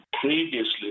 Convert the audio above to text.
previously